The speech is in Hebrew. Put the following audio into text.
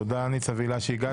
תודה ניצה והילה שהגעתם.